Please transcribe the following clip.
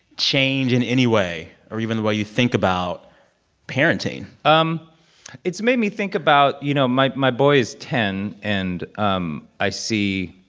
change in any way or even the way you think about parenting? um it's made me think about you know, my my boy is ten. and um i see